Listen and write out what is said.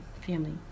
family